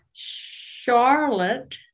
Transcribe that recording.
Charlotte